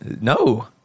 No